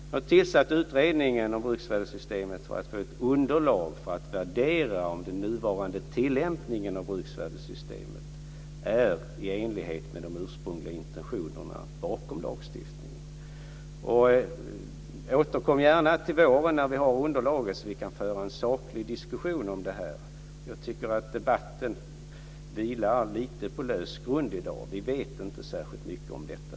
Jag har tillsatt utredningen om bruksvärdessystemet för att få ett underlag för att kunna värdera om den nuvarande tillämpningen av bruksvärdessystemet är i enlighet med de ursprungliga intentionerna bakom lagstiftningen. Återkom gärna till våren, när vi har underlaget, så att vi kan föra en saklig diskussion om detta. Jag tycker att debatten vilar lite på lös grund i dag. Vi vet inte särskilt mycket om detta.